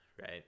right